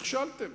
נכשלתם.